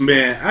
Man